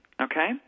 Okay